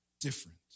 different